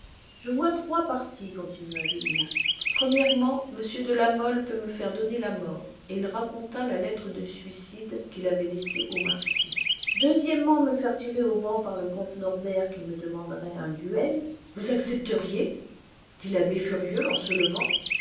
je vois trois partis continua julien o m de la mole peut me faire donner la mort et il raconta la lettre de suicide qu'il avait laissée au marquis o me faire tirer au blanc par le comte norbert qui me demanderait un duel vous accepteriez dit l'abbé furieux et se levant